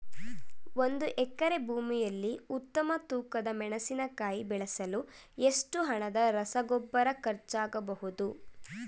ಒಂದು ಎಕರೆ ಭೂಮಿಯಲ್ಲಿ ಉತ್ತಮ ತೂಕದ ಮೆಣಸಿನಕಾಯಿ ಬೆಳೆಸಲು ಎಷ್ಟು ಹಣದ ರಸಗೊಬ್ಬರ ಖರ್ಚಾಗಬಹುದು?